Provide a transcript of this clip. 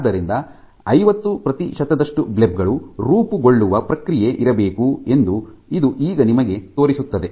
ಆದ್ದರಿಂದ ಐವತ್ತು ಪ್ರತಿಶತದಷ್ಟು ಬ್ಲೆಬ್ ಗಳು ರೂಪುಗೊಳ್ಳುವ ಪ್ರಕ್ರಿಯೆ ಇರಬೇಕು ಎಂದು ಇದು ಈಗ ನಿಮಗೆ ತೋರಿಸುತ್ತದೆ